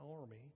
army